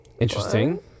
Interesting